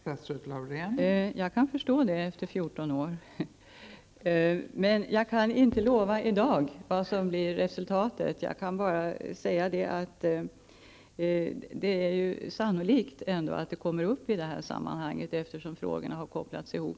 Fru talman! Jag kan förstå att Lena Öhrsvik vill ha denna fråga löst efter 14 års utredande. Men jag kan i dag inte utlova något resultat, jag kan bara säga att det är sannolikt att denna fråga kommer upp i detta sammanhang, eftersom frågorna tidigare har kopplats ihop.